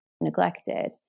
neglected